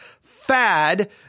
fad